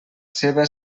seva